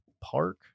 park